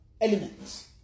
elements